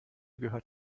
gehört